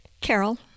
Carol